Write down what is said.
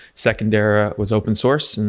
second era was open source. and